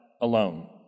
alone